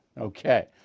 Okay